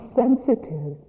sensitive